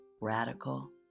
radical